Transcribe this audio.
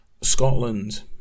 Scotland